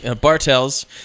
Bartels